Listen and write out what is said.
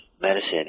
medicine